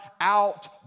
out